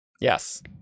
Yes